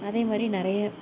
அதே மாதிரி நெறைய